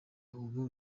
ubu